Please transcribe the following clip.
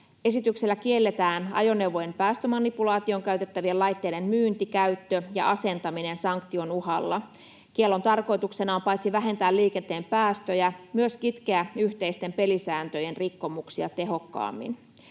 Esityksellä kielletään ajoneuvojen päästömanipulaatioon käytettävien laitteiden myynti, käyttö ja asentaminen sanktion uhalla. Kiellon tarkoituksena on paitsi vähentää liikenteen päästöjä myös kitkeä yhteisten pelisääntöjen rikkomuksia tehokkaammin.